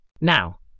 Now